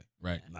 right